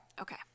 Okay